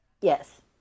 Yes